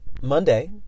Monday